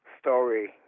story